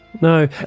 No